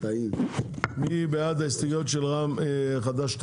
מי בעד ההסתייגויות של חד"ש-תע"ל?